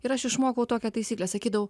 ir aš išmokau tokią taisyklę sakydavau